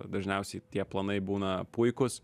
dažniausiai tie planai būna puikūs